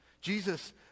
Jesus